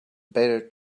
better